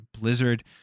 Blizzard